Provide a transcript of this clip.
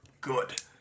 good